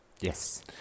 Yes